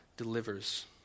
delivers